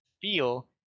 feel